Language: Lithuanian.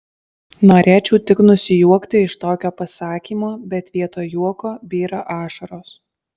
norėčiau tik nusijuokti iš tokio pasakymo bet vietoj juoko byra ašaros